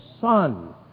son